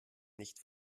nicht